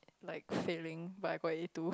like failing but I got A two